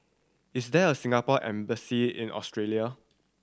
is there a Singapore Embassy in Austria